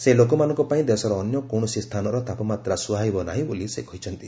ସେହି ଲୋକମାନଙ୍କ ପାଇଁ ଦେଶର ଅନ୍ୟ କୌଣସି ସ୍ଥାନର ତାପମାତ୍ରା ସୁହାଇବ ନାହିଁ ବୋଲି ସେ କହିଛନ୍ତି